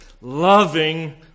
loving